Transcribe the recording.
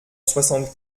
soixante